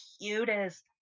cutest